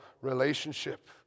relationship